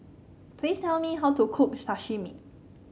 please tell me how to cook Sashimi